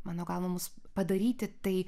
mano gaunamus padaryti tai